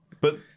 But-